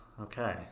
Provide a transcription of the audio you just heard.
okay